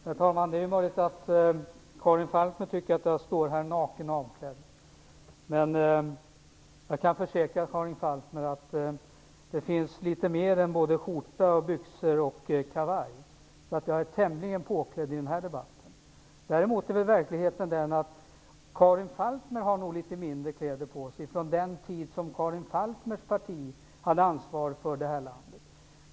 Herr talman! Det är möjligt att Karin Falkmer tycker att jag står här naken och avklädd. Men jag kan försäkra Karin Falkmer att det finns litet mer än skjorta, byxor och kavaj. Jag är tämligen påklädd i den här debatten. Däremot är verkligheten den att Karin Falkmer har litet mindre kläder på sig från den tid som Karin Falkmers parti hade ansvaret för det här landet.